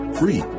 free